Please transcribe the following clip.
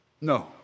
No